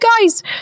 guys